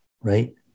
right